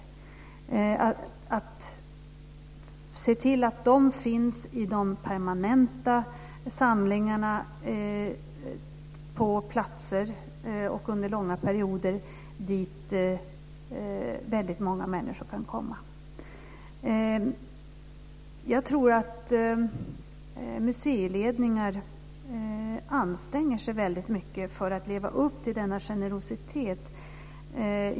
De ska finnas i de permanenta samlingarna under långa perioder och på platser dit många människor kan komma. Jag tror att museiledningarna anstränger sig mycket för att leva upp till denna generositet.